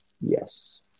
Yes